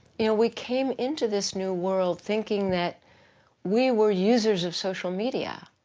you know, we came into this new world thinking that we were users of social media.